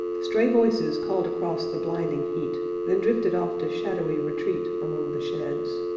stray voices called across the blinding heat, then drifted off to shadowy retreat among the sheds.